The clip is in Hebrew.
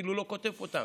אפילו לא קוטף אותם,